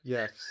Yes